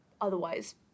otherwise